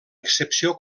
excepció